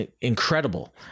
incredible